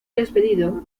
despedido